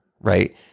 right